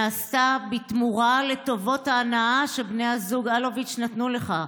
נעשתה בתמורה לטובות ההנאה שבני הזוג אלוביץ' נתנו לך,